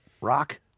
rock